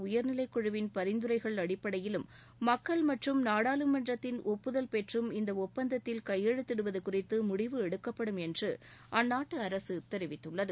உயர்நிலைக் குழுவின் பரிந்துரைகள் அடிப்படையிலும் மக்கள் மற்றும் நாடாளுமன்றத்தின் ஒப்புதல் பெற்றம் இந்த ஒப்பந்தத்தில் கையெழுத்திடுவது குறித்து முடிவு எடுக்கப்படும் என்று அந்நாட்டு அரசு தெரிவித்துள்ளது